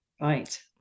Right